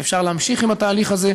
שאפשר להמשיך עם התהליך הזה.